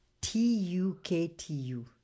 T-U-K-T-U